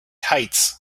heights